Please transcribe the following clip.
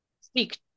speak